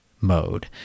mode